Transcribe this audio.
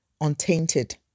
untainted